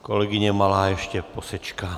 Kolegyně Malá ještě posečká.